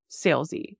salesy